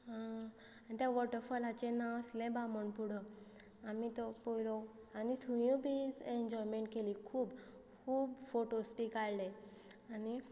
त्या वॉटरफोलाचें नांव आसले बामणपूड आमी तो पयलो आनी थंय बी एन्जॉयमेंट केली खूब खूब फोटोस बी काडले आनी